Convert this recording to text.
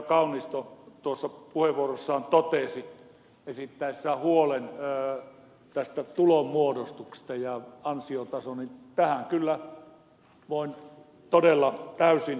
kaunisto tuossa puheenvuorossaan totesi esittäessään huolen tästä tulonmuodostuksesta ja ansiotasosta kyllä voin todella täysin yhtyä